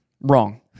Wrong